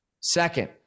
Second